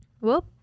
Whoop